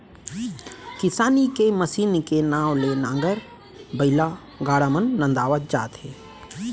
किसानी के मसीन के नांव ले के नांगर, बइला, गाड़ा मन नंदावत जात हे